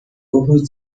open